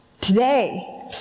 today